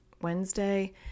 Wednesday